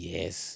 Yes